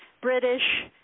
British